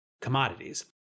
commodities